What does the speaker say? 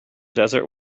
desert